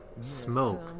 smoke